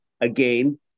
again